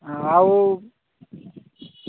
ଆଉ